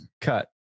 cut